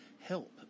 help